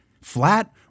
flat